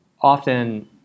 often